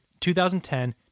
2010